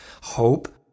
hope